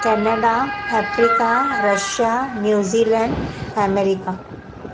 Canada Africa Russia New Zealand America